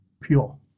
pure